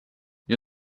you